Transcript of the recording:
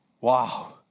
Wow